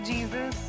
Jesus